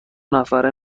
نفره